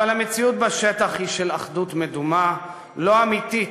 אבל המציאות בשטח היא של אחדות מדומה, לא אמיתית,